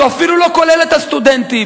הוא אפילו לא כולל את הסטודנטים.